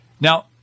Now